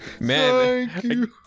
Man